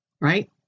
Right